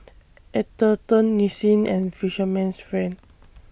Atherton Nissin and Fisherman's Friend